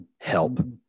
help